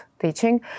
teaching